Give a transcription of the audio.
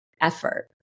effort